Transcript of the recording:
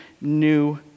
new